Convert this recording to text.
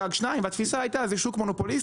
מקסימום לשניים והתפיסה הייתה שזה שוק מונופוליסטי